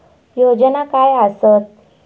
योजना काय आसत?